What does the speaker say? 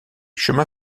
chemin